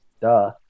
Duh